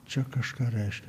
čia kažką reiškia